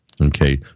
okay